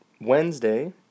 Wednesday